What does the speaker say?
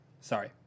sorry